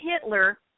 Hitler